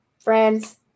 Friends